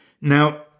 Now